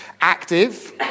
active